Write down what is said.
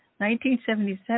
1977